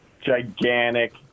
gigantic